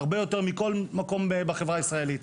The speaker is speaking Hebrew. הרבה יותר מכל מקום בחברה הישראלית.